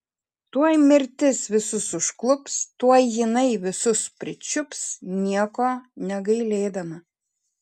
tuoj mirtis visus užklups tuoj jinai visus pričiups nieko negailėdama